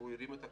שהרים את הכפפה,